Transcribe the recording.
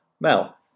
mel